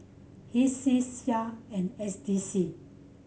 HTSCI Sia and S D C